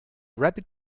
rabbit